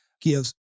gives